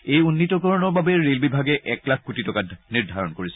এই উন্নিতকৰণৰ বাবে ৰেল বিভাগে এক লাখ কোটি টকা নিৰ্ধাৰণ কৰিছে